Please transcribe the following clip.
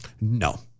No